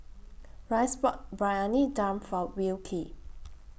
Rhys bought Briyani Dum For Wilkie